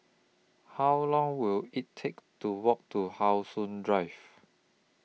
How Long Will IT Take to Walk to How Sun Drive